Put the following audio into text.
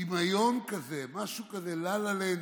דמיון כזה, משהו כזה לה-לה-לנד.